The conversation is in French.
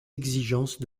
exigences